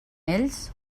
ells